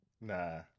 Nah